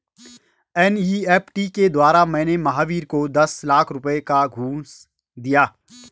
NEFT के द्वारा मैंने महावीर को दस लाख रुपए का घूंस दिया